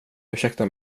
ursäkta